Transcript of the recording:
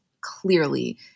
Clearly